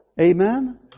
Amen